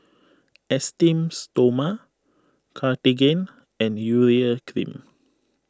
Esteem Stoma Cartigain and Urea Cream